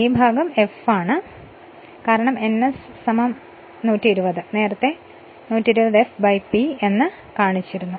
ഈ ഭാഗം f ആണ് കാരണം ns 120 നേരത്തെ 120 f P കാണിച്ചു